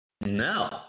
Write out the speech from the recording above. No